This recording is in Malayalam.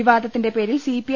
വിവാദത്തിന്റെ പേരിൽ സി പി ഐ